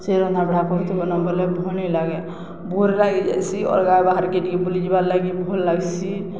ସେ ରନ୍ଧା ବଢ଼ା କରୁଥିବନ ବୋଲେ ଭଲ୍ ନି ଲାଗେ ବୋର୍ ଲାଗିଯାଏସି ଅଲ୍ଗା ବାହାର୍କେ ଟିକେ ବୁଲି ଯିବାର୍ ଲାଗି ଭଲ୍ ଲାଗ୍ସି